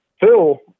Phil